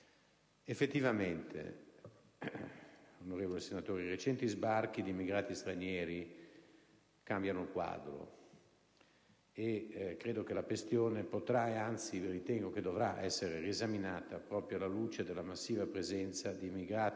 effetti, onorevoli senatori, i recenti sbarchi di immigrati stranieri cambiano il quadro e credo che la questione potrà, anzi ritengo dovrà, essere riesaminata proprio alla luce della massiva presenza di immigrati